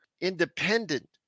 independent